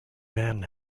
man